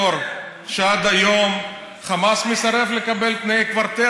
אני חושב שגם כדאי לזכור שעד היום חמאס מסרב לקבל את תנאי הקוורטט.